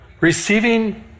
receiving